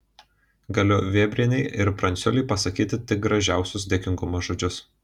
galiu vėbrienei ir pranciuliui pasakyti tik gražiausius dėkingumo žodžius